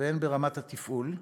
והן ברמת התפעול,